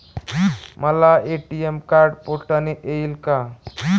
मला ATM card पोस्टाने येईल का?